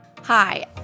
Hi